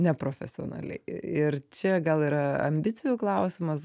neprofesionaliai ir čia gal yra ambicijų klausimas